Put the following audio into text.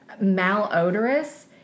malodorous